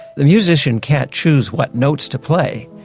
the musician can't choose what notes to play,